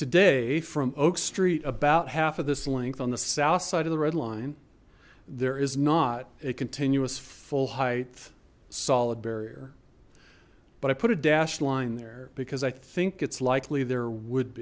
today from oak street about half of this length on the south side of the red line there is not a continuous full height solid barrier but i put a dashed line there because i think it's likely there would